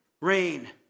rain